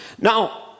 Now